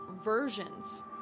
versions